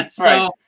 Right